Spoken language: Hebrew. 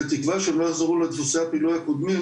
בתקווה שהם לא יחזרו לדפוסי הבילוי הקודמים